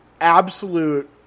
absolute